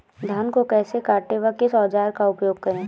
धान को कैसे काटे व किस औजार का उपयोग करें?